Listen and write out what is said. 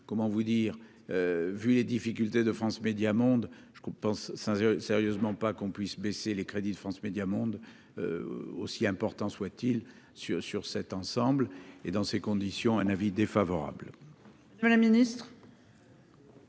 comment vous dire, vu les difficultés de France Médias Monde je compense sérieusement pas qu'on puisse baisser les crédits de France Médias Monde, aussi important soit-il sur sur cet ensemble et dans ces conditions, un avis défavorable de la ministre.